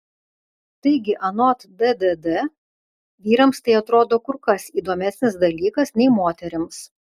taigi anot ddd vyrams tai atrodo kur kas įdomesnis dalykas nei moterims